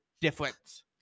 difference